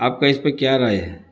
آپ کا اس پہ کیا رہا ہے